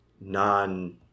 non